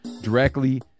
directly